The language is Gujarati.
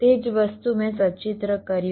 તે જ વસ્તુ મેં સચિત્ર કર્યું